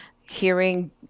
hearing